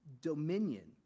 dominion